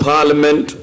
Parliament